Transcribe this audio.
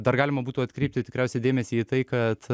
dar galima būtų atkreipti tikriausiai dėmesį į tai kad